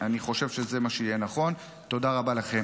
אני חושב שזה מה שיהיה נכון, תודה רבה לכם.